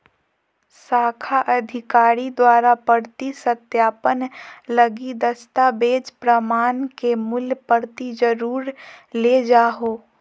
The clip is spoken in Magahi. शाखा अधिकारी द्वारा प्रति सत्यापन लगी दस्तावेज़ प्रमाण के मूल प्रति जरुर ले जाहो